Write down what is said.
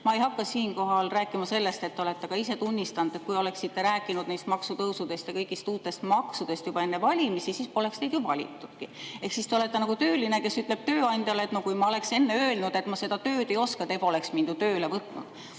Ma ei hakka siinkohal rääkima sellest, et te olete ka ise tunnistanud, et kui oleksite rääkinud neist maksutõusudest ja kõigist uutest maksudest juba enne valimisi, siis poleks teid ju valitudki. Ehk siis te olete nagu tööline, kes ütleb tööandjale: "Kui ma oleks enne öelnud, et ma seda tööd ei oska, te poleks mind ju tööle võtnud."